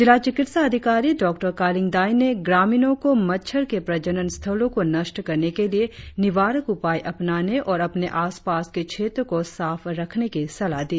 जिला चिकित्सा अधिकारी डॉ कालिंग दाई ने ग्रामीणों को मच्छर के प्रजनन स्थलों को नष्ट करने के लिए निवारक उपाय अपनाने और अपने आसपास के क्षेत्र को साफ रखने की सलाह दी